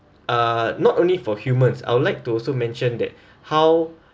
uh not only for humans I would like to also mention that how